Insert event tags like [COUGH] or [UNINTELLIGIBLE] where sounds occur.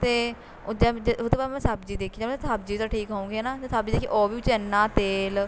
ਅਤੇ ਜਬ ਜੇ ਉਹਤੋਂ ਬਾਅਦ ਮੈਂ ਸਬਜ਼ੀ ਦੇਖੀ [UNINTELLIGIBLE] ਸਬਜ਼ੀ ਤਾਂ ਠੀਕ ਹੋਊਗੀ ਹੈ ਨਾ ਜਦ ਸਬਜ਼ੀ ਦੇਖੀ ਉਹ ਵੀ ਵਿੱਚ ਇੰਨਾ ਤੇਲ